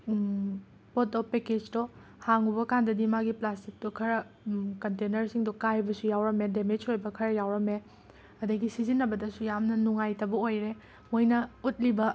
ꯄꯣꯠꯇꯣ ꯄꯦꯀꯦꯁꯇꯣ ꯍꯥꯡꯉꯨꯕ ꯀꯥꯟꯗꯗꯤ ꯃꯥꯒꯤ ꯄ꯭ꯂꯥꯁꯇꯤꯛꯇꯣ ꯈꯔ ꯀꯟꯇꯦꯅꯔꯁꯤꯡꯗꯣ ꯀꯥꯏꯕꯁꯨ ꯌꯥꯎꯔꯝꯃꯦ ꯗꯦꯃꯦꯖ ꯑꯣꯏꯕ ꯈꯔ ꯌꯥꯎꯔꯝꯃꯦ ꯑꯗꯒꯤ ꯁꯤꯖꯤꯟꯅꯕꯗꯁꯨ ꯌꯥꯝꯅ ꯅꯨꯡꯉꯥꯏꯇꯕ ꯑꯣꯏꯔꯦ ꯃꯣꯏꯅ ꯎꯠꯂꯤꯕ